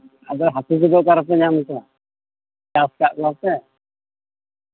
ᱟᱫᱚ ᱦᱟᱹᱠᱩ ᱠᱚᱫᱚ ᱚᱠᱟ ᱨᱮᱯᱮ ᱧᱟᱢ ᱠᱚᱣᱟ ᱪᱟᱥ ᱠᱟᱜ ᱠᱚᱣᱟ ᱯᱮ